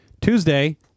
Tuesday